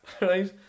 Right